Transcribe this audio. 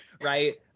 right